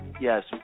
yes